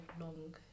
long